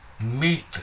meet